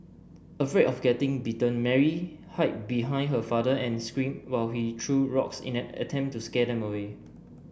afraid of getting bitten Mary hid behind her father and screamed while he threw rocks in an attempt to scare them away